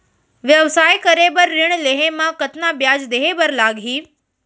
व्यवसाय करे बर ऋण लेहे म कतना ब्याज देहे बर लागही?